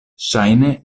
ŝajne